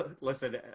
listen